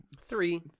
three